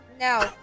No